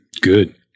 Good